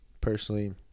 personally